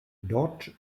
dort